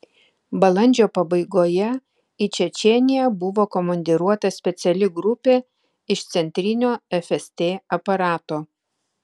balandžio pabaigoje į čečėniją buvo komandiruota speciali grupė iš centrinio fst aparato